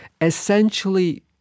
essentially